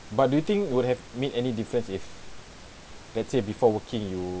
but do you think would have made any difference if let's say before working you